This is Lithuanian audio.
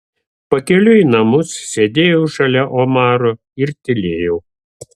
pakeliui į namus sėdėjau šalia omaro ir tylėjau